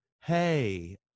hey